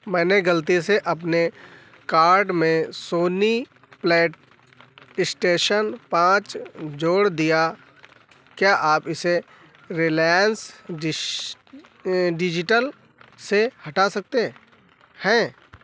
मैंने गलती से अपने कार्ट में सोनी प्ले स्टेशन पाँच जोड़ दिया क्या आप इसे रिलायन्स डिस डिज़िटल से हटा सकते हैं